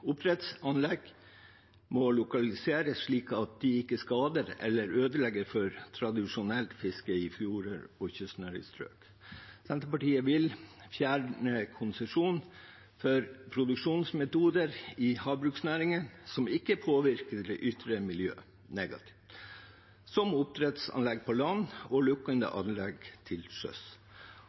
Oppdrettsanlegg må lokaliseres slik at de ikke skader eller ødelegger for tradisjonelt fiske i fjorder og kystnære strøk. Senterpartiet vil fjerne konsesjon for produksjonsmetoder i havbruksnæringer som ikke påvirker det ytre miljøet negativt, som oppdrettsanlegg på land og lukkede anlegg til sjøs.